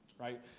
right